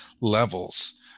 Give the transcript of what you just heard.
levels